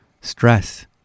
stress